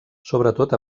sobretot